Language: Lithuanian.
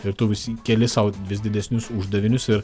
ir tu vis keli sau vis didesnius uždavinius ir